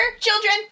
Children